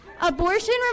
Abortion